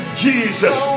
jesus